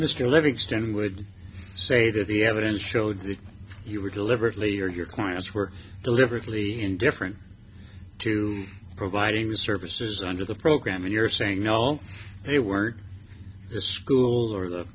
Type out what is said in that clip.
mr livingston would you say that the evidence showed that you were deliberately or your clients were deliberately indifferent to providing services under the program you're saying no they weren't just schools or the